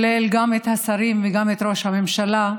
גם את השרים וגם את ראש הממשלה,